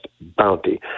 Bounty